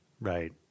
Right